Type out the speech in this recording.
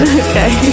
okay